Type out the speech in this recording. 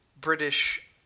British